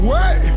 Wait